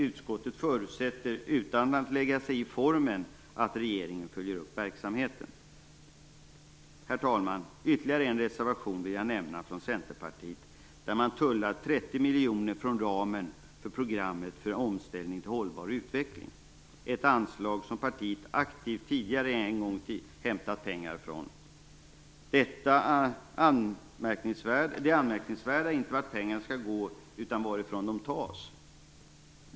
Utskottet förutsätter - utan att lägga sig i formen - att regeringen följer upp verksamheten. Herr talman! Jag vill nämna ytterligare en reservation från Centerpartiet. Där tullar man 30 miljoner från ramen till programmet för omställning till en hållbar utveckling. Det är ett anslag som partiet tidigare en gång aktivt hämtat pengar från. Det anmärkningsvärda är inte vart pengarna skall gå utan varifrån de tas.